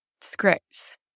scripts